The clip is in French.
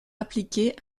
appliqués